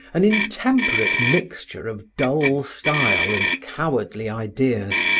an intemperate mixture of dull style and cowardly ideas,